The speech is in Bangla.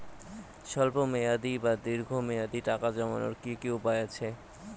স্বল্প মেয়াদি বা দীর্ঘ মেয়াদি টাকা জমানোর কি কি উপায় আছে?